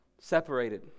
separated